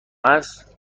است